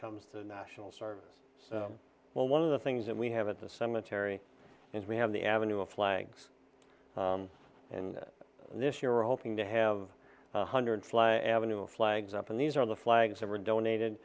comes to national service so well one of the things that we have at the cemetery is we have the avenue of flags and and this year we're hoping to have one hundred fly avenue flags up and these are the flags that were donated